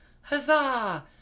Huzzah